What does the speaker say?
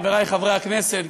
חברי חברי הכנסת,